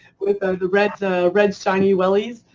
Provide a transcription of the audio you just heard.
with ah the red red shiny wellies,